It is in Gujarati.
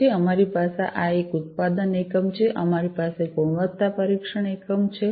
પછી અમારી પાસે આ એક ઉત્પાદન એકમ છે અમારી પાસે ગુણવત્તા પરીક્ષણ એકમ છે